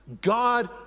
God